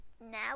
now